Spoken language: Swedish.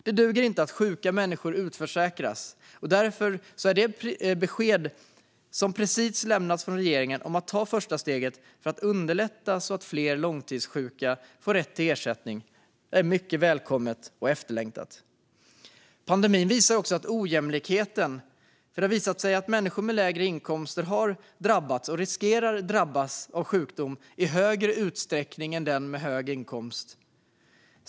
Det duger inte att sjuka människor utförsäkras, och därför är det besked som precis lämnats från regeringen om att nu ta första stegen för att underlätta för fler långtidssjuka att få rätt till ersättning mycket välkommet och efterlängtat. Pandemin visar också på ojämlikhet, för det har visat sig att människor med lägre inkomster har drabbats och riskerar att drabbas av sjukdom i större utsträckning än de med högre lön.